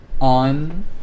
On